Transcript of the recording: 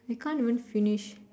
we can't even finish